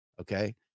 okay